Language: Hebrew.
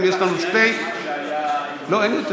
קריאות ביניים זה חלק,